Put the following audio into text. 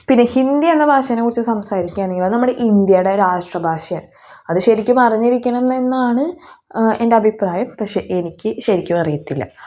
പിന്നെ ഹിന്ദിയെന്ന ഭാഷേനെക്കുറിച്ച് സംസാരിക്കുകയാണെങ്കിൽ ഇന്ത്യയുടെ രാഷ്ട്ര ഭാഷയാണ് അത് ശരിക്കും അറിഞ്ഞിരിക്കണമെന്നാണ് എൻ്റെ അഭിപ്രായം പക്ഷെ എനിക്ക് ശരിക്കും അറിയത്തില്ല